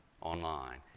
online